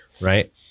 right